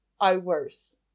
Hours